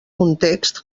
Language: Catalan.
context